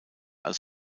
als